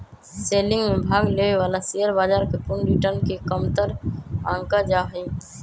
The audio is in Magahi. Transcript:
सेलिंग में भाग लेवे वाला शेयर बाजार के पूर्ण रिटर्न के कमतर आंका जा हई